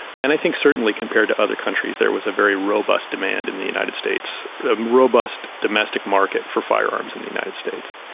and i think certainly compared to other countries there was a very robust demand in the united states, a robust domestic market for firearms in the united states.